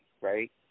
right